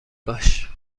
باش